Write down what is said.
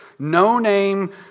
No-name